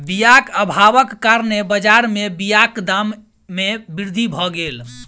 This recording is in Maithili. बीयाक अभावक कारणेँ बजार में बीयाक दाम में वृद्धि भअ गेल